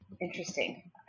Interesting